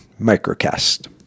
Microcast